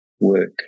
work